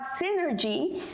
synergy